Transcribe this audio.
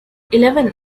eleven